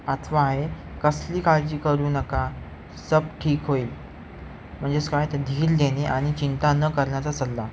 पाचवा आहे कसली काळजी करू नका सब ठीक होईल म्हणजेच काय तर धीर देणे आणि चिंता न करण्याचा सल्ला